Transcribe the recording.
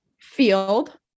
field